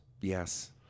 Yes